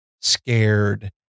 scared